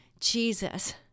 Jesus